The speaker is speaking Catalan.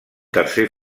tercer